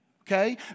okay